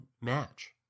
match